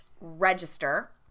register